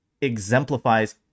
exemplifies